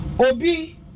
Obi